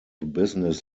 business